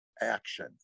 action